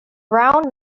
round